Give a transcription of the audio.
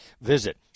visit